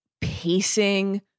pacing